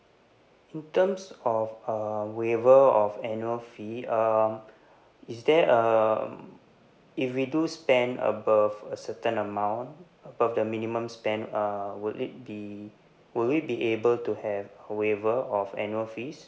in terms of uh waiver of annual fee um is there um if we do spend above a certain amount above the minimum spend uh would it be will it be able to have waiver of annual fees